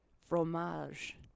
Fromage